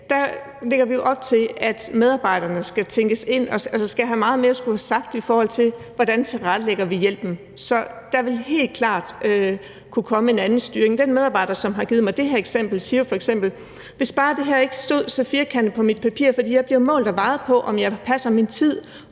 dag, lægges der op til, at medarbejderne skal tænkes ind og skal have meget mere at skulle have sagt, i forhold til hvordan vi tilrettelægger hjælpen. Så der vil helt klart kunne komme en anden styring. Den medarbejder, som har givet mig det her eksempel, siger f.eks.: Bare det her ikke stod så firkantet på mit papir, for jeg bliver målt og vejet på, om jeg passer min tid,